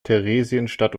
theresienstadt